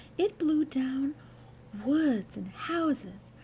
it blew down woods and houses,